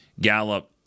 Gallup